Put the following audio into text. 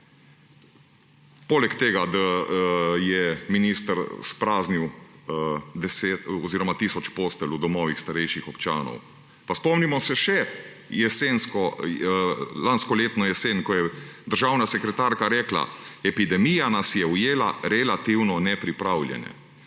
Poleg tega, da je minister izpraznil tisoč postelj v domovih starejših občanov. Pa spomnimo se še na lanskoletno jesen, ko je državna sekretarka rekla: »Epidemija nas je ujela relativno nepripravljene.«